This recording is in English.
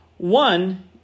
One